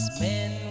Men